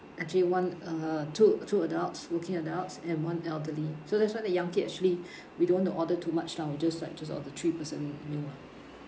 actually one uh two two adults working adults and one elderly so that's what the young kid actually we don't want to order too much now we just like just order three person meal ah